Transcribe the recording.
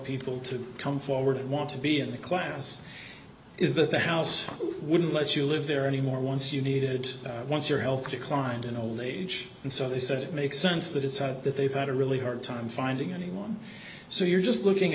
people to come forward and want to be in the class is that the house wouldn't let you live there anymore once you needed once your health declined in old age and so they said it makes sense that it's that they've got a really hard time finding anyone so you're just looking